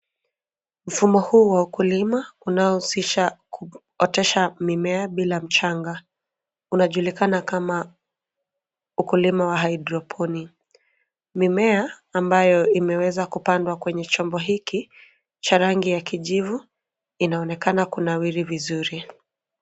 Mfumo huu wa ukulima unaohusisha kuotesha mimea bila mchanga, unajulikana kama ukulima wa hydroponiki. Mimea imeweza kupandwa kwenye chombo hiki cha rangi ya kijivu inaonekana kunawiri vizuri.